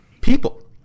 people—